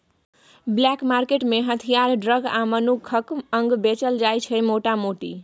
black market मे हथियार, drug आ मनुखक अंग बेचल जाइ छै मोटा मोटी